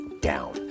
down